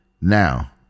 Now